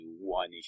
one